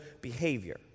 behavior